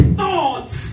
thoughts